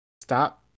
Stop